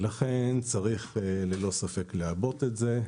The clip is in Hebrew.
לכן צריך ללא ספק לעבות את זה.